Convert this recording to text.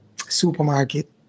supermarket